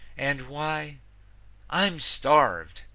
and why i'm starved.